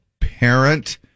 parent